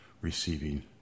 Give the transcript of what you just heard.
receiving